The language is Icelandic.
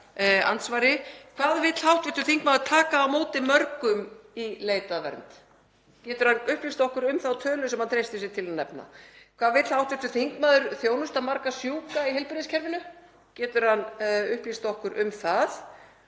Hvað vill hv. þingmaður taka á móti mörgum í leit að vernd? Getur hann upplýst okkur um þá tölu sem hann treystir sér til að nefna? Hvað vill hv. þingmaður þjónusta marga sjúka í heilbrigðiskerfinu? Getur hann upplýst okkur um það?